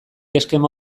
eskema